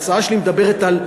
ההצעה שלי מדברת על שוויוניות.